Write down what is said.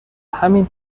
همین